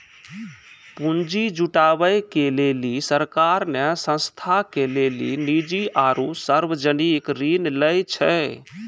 पुन्जी जुटावे के लेली सरकार ने संस्था के लेली निजी आरू सर्वजनिक ऋण लै छै